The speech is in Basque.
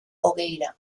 hogeira